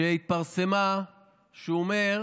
שהתפרסמה שהוא אומר: